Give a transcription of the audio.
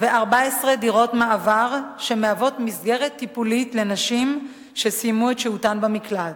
ו-14 דירות מעבר שמהוות מסגרת טיפולית לנשים שסיימו את שהותן במקלט.